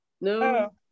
No